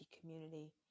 community